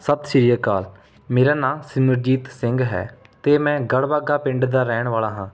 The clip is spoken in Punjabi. ਸਤਿ ਸ਼੍ਰੀ ਅਕਾਲ ਮੇਰਾ ਨਾਂ ਸਿਮਰਜੀਤ ਸਿੰਘ ਹੈ ਅਤੇ ਮੈਂ ਗੜਬਾਗਾ ਪਿੰਡ ਦਾ ਰਹਿਣ ਵਾਲਾ ਹਾਂ